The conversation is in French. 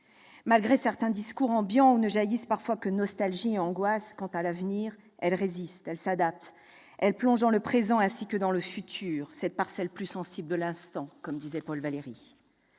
Malgré certains discours ambiants, où ne jaillissent que nostalgie et angoisses quant à l'avenir, elle résiste, elle s'adapte et plonge dans le présent ainsi que dans le futur, cette « parcelle plus sensible de l'instant », comme l'écrivait Paul Valéry.